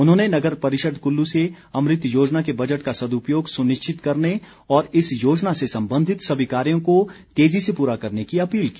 उन्होंने नगर परिषद कुल्लू से अमृत योजना के बजट का सदुपयोग सुनिश्चित करने और इस योजना से संबंधित सभी कार्यों को तेजी से पूरा करने की अपील की